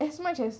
as much as